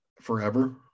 forever